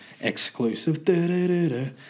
exclusive